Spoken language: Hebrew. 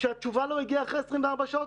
כשהתשובה לא הגיעה אחרי 24 שעות,